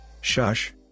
Shush